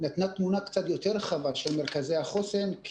נתנה תמונה קצת יותר רחבה של מרכזי החוסן,